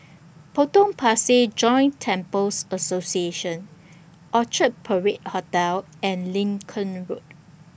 Potong Pasir Joint Temples Association Orchard Parade Hotel and Lincoln Road